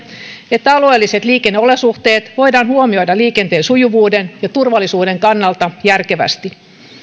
että alueelliset liikenneolosuhteet voidaan huomioida liikenteen sujuvuuden ja turvallisuuden kannalta järkevästi